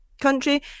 country